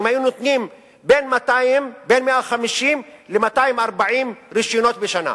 היו נותנים בין 150 ל-240 רשיונות בשנה.